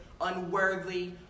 unworthy